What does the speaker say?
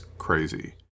Crazy